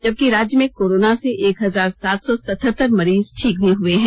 जबकि राज्य में कोरोना से एक हजार सात सौ सतहत्तर मरीज ठीक भी हुए हैं